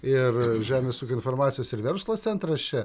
ir žemės ūkio informacijos ir verslo centras čia